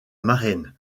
marraine